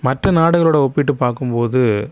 மற்ற நாடுகளோடு ஒப்பிட்டுப் பார்க்கும் போது